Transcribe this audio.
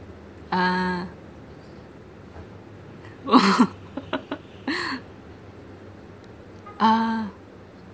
ah oh ah